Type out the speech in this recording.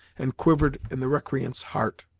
and quivered in the recreant's heart.